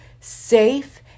safe